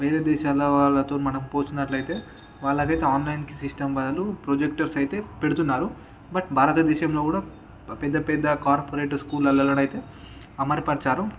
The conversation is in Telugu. వేరే దేశాల వాళ్ళతో మనం పోల్చుకున్నట్లైతే వాళైతే ఆన్లైన్ సిస్టమ్ బదులు ప్రొజెక్టర్స్ అయితే పెడుతున్నారు బట్ భారతదేశంలో కూడా పెద్ద పెద్ద కార్పొరేట్ స్కూళ్లల్లోనైతే అమర్చారు